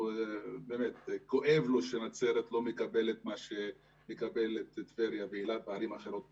שבאמת כואב לו שנצרת לא מקבלת מה שמקבלת טבריה ואילת וערים אחרות בארץ.